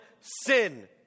sin